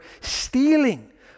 stealing